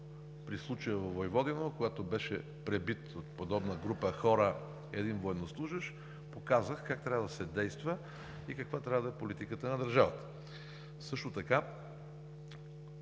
при случая във Войводино, когато беше пребит от подобна група хора един военнослужещ, показах как трябва да се действа и каква трябва да е политиката на държавата.